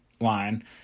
line